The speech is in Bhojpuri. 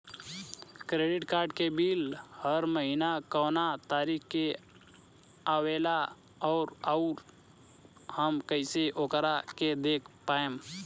क्रेडिट कार्ड के बिल हर महीना कौना तारीक के आवेला और आउर हम कइसे ओकरा के देख पाएम?